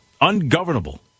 ungovernable